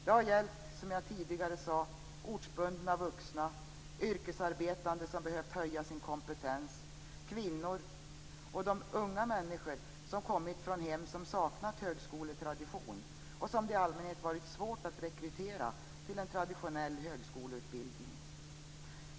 Det har, som jag tidigare sagt, gällt ortsbundna vuxna, yrkesarbetande som behövt höja sin kompetens, kvinnor och unga människor som kommer från hem som saknar högskoletradition och som det i allmänhet varit svårt att rekrytera till traditionell högskoleutbildning.